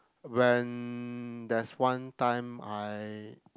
when there's one time I